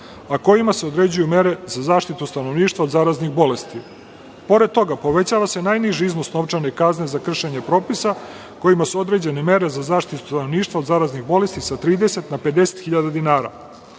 a kojima se određuju mere za zaštitu stanovništva od zaraznih bolesti. Pored toga, povećava se najniži iznos novčane kazne za kršenje propisa kojima su određene mere za zaštitu stanovništva od zaraznih bolesti sa 30 na 50 hiljada dinara. Članom